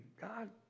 God